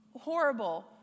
horrible